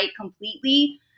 completely